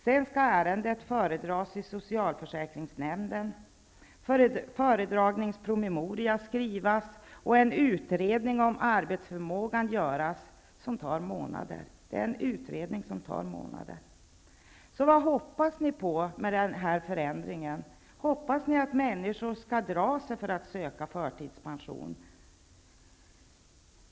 Sedan skall ärendet föredras i socialförsäkringsnämnden, föredragningspromemoria skrivas och en utredning om arbetsförmågan göras, vilket tar månader. Vad hoppas ni egentligen på med den här förändringen? Hoppas ni att människor skall dra sig för att söka förtidspension?